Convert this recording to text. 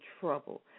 trouble